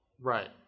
Right